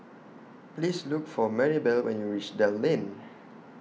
Please Look For Marybelle when YOU REACH Dell Lane